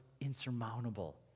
insurmountable